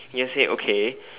you can just say okay